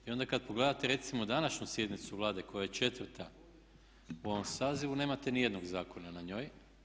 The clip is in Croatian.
I onda kad pogledate recimo današnju sjednicu Vlade koja je četvrta u ovom sazivu nemate ni jednog zakona na njoj.